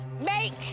Make